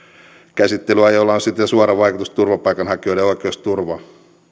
käsittelyajoilla on siten suora vaikutus turvapaikanhakijoiden oikeusturvaan